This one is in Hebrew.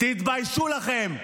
תתביישו לכם.